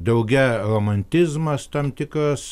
drauge romantizmas tam tikras